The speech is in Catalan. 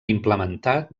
implementat